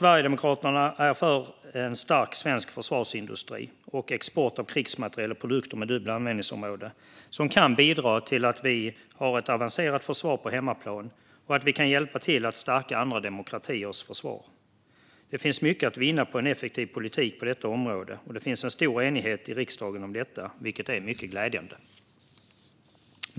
Sverigedemokraterna är för en stark svensk försvarsindustri och export av krigsmateriel och produkter med dubbla användningsområden som kan bidra till att vi har ett avancerat försvar på hemmaplan och att vi kan hjälpa till att stärka andra demokratiers försvar. Det finns mycket att vinna på en effektiv politik på detta område, och det finns en stor enighet i riksdagen om detta, vilket är mycket glädjande.